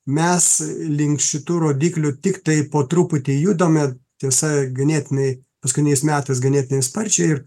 mes link šitų rodiklių tiktai po truputį judame tiesa ganėtinai paskutiniais metais ganėtinai sparčiai ir